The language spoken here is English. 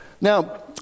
Now